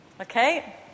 okay